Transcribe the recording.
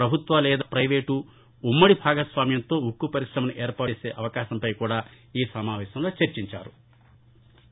ప్రభుత్వ లేదా పైవేటు ఉమ్మడి భాగస్వామ్యంతో ఉక్కు పరిశ్రమను ఏర్పాటుచేసే అవకాశంపై కూడా ఈసమావేశంలో చర్చించారు